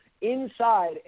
inside